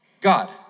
God